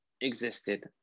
existed